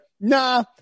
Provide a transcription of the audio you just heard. nah